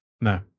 No